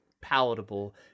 palatable